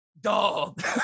dog